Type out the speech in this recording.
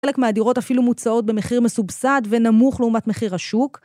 ‫חלק מהדירות אפילו מוצאות ‫במחיר מסובסד ונמוך לעומת מחיר השוק.